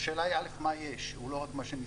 השאלה היא, א', מה יש, הוא לא רק מה שנסגר.